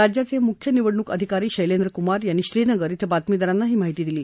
राज्याचे मुख्य निवडणूक अधिकारी शैलेंद्र कुमार यांनी श्रीनग इथं बातमीदारांना ही माहिती दिली